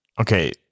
okay